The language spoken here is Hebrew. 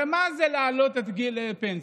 הרי מה זה להעלות את גיל הפנסיה?